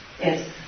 Yes